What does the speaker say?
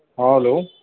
ہاں ہلو